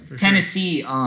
Tennessee